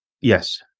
Yes